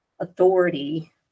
authority